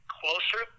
closer